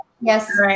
Yes